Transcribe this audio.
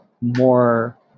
more